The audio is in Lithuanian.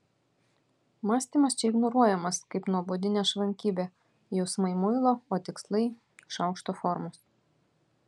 mąstymas čia ignoruojamas kaip nuobodi nešvankybė jausmai muilo o tikslai šaukšto formos